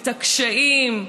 את הקשיים,